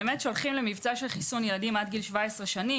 כשהולכים למבצע של חיסון ילדים עד גיל 17 שנים,